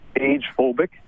age-phobic